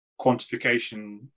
quantification